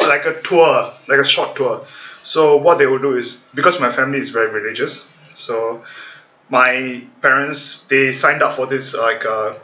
like a tour like a short tour so what they will do is because my family is very religious so my parents they signed up for this uh like a